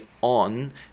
on